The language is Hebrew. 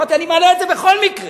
אמרתי: אני מעלה את זה בכל מקרה.